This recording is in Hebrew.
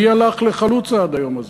מי הלך לחלוצה עד היום הזה?